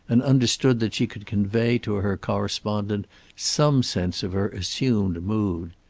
and understood that she could convey to her correspondent some sense of her assumed mood.